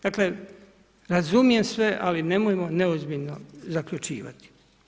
Dakle, razumijem sve, ali nemojmo neozbiljno zaključivati.